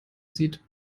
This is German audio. zieht